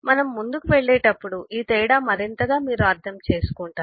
మనము ముందుకు వెళ్ళేటప్పుడు ఈ తేడా మరింతగా మీరు అర్థం చేసుకుంటారు